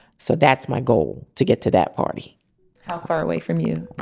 so that's my goal to get to that party how far away from you?